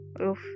oof